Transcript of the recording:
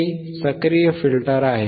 हे सक्रिय फिल्टर आहे